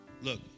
Look